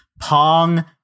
Pong